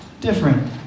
different